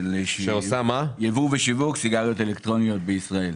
יבוא ושיווק סיגריות אלקטרוניות בישראל.